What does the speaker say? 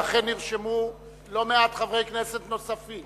ואכן נרשמו לא מעט חברי כנסת נוספים.